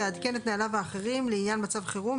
יעדכן את נהליו האחרים לעניין מצב חירום,